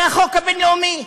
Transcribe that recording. זה החוק הבין-לאומי,